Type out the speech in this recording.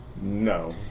No